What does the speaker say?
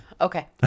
Okay